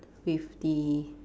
with the